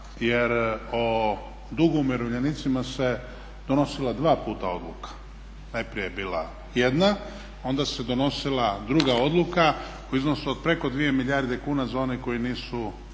jer o dugu umirovljenicima se donosila dva puta odluka. Najprije je bila jedna, onda se donosila druga odluka u iznosu od preko 2 milijarde kuna za one koji nisu